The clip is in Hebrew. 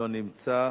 לא נמצא.